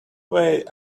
way